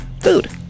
food